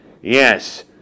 Yes